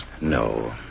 No